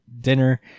dinner